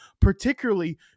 particularly